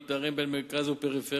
על פערים בין מרכז לפריפריה,